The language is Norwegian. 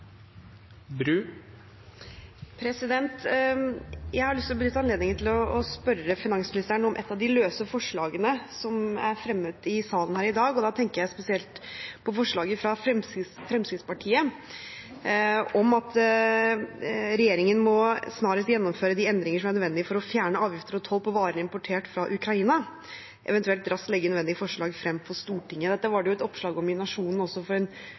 Jeg har lyst til å benytte anledningen til å spørre finansministeren om et av de løse forslagene som er fremmet i salen her i dag, og da tenker jeg spesielt på forslaget fra Fremskrittspartiet om at regjeringen må «snarest gjennomføre de endringer som er nødvendige for å fjerne avgifter og toll på varer importert fra Ukraina, eventuelt raskt legge nødvendige forslag frem for Stortinget». Dette var det et oppslag om i Nationen også for